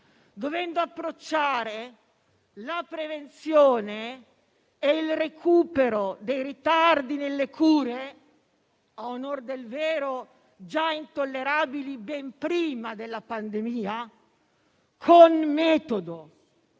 dovendo approcciare con metodo la prevenzione e il recupero dei ritardi nelle cure, a onor del vero già intollerabili ben prima della pandemia, in un